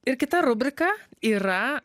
ir kita rubrika yra